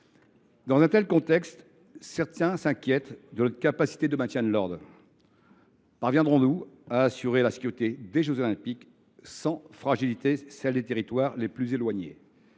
Dans un tel contexte, certains s’inquiètent de notre capacité à maintenir l’ordre : parviendrons nous à assurer la sécurité des jeux Olympiques sans fragiliser celle des territoires les plus reculés,